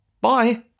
Bye